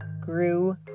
grew